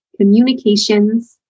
Communications